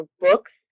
books